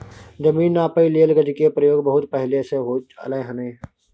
जमीन नापइ लेल गज के प्रयोग बहुत पहले से होइत एलै हन